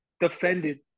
defended